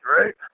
right